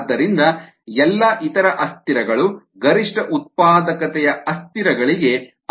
ಆದ್ದರಿಂದ ಎಲ್ಲಾ ಇತರ ಅಸ್ಥಿರಗಳು ಗರಿಷ್ಠ ಉತ್ಪಾದಕತೆಯ ಅಸ್ಥಿರಗಳಿಗೆ ಅನುಗುಣವಾಗಿರಬೇಕು